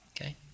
Okay